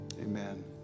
Amen